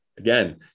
Again